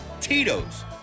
Tito's